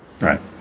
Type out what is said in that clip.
Right